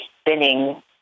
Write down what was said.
spinning